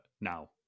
Now